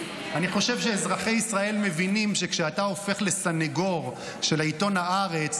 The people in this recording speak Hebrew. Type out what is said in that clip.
אני חושב שאזרחי ישראל מבינים שכשאתה הופך לסנגור של עיתון הארץ